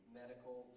medical